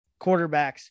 quarterbacks